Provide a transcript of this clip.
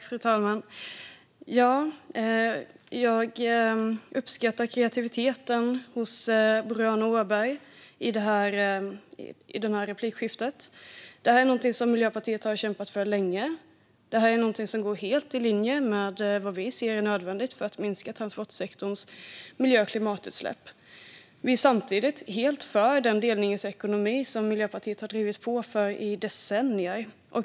Fru talman! Jag uppskattar Boriana Åbergs kreativitet i det här replikskiftet. Det här är något som Miljöpartiet har kämpat för länge. Det går helt i linje med det vi ser är nödvändigt för att minska transportsektorns miljö och klimatutsläpp. Vi är samtidigt helt för den delningsekonomi som Miljöpartiet har drivit på för i decennier.